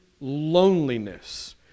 Loneliness